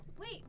Wait